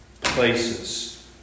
places